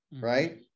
Right